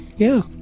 yeah